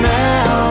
now